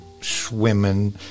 swimming